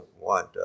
want